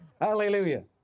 Hallelujah